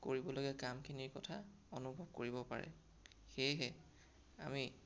কৰিবলগীয়া কামখিনিৰ কথা অনুভৱ কৰিব পাৰে সেয়েহে আমি